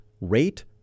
rate